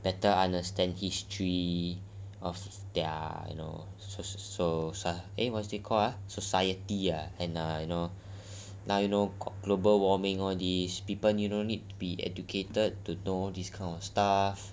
better understand history of their you know so so so so society ah err and err you know like you know cause global warming all these people you no need be educated to know this kind of stuff